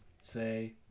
say